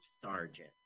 sergeant